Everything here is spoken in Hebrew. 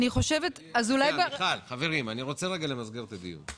אני רוצה למסגר את הדיון.